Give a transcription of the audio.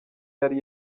yari